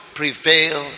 prevail